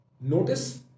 notice